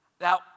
Now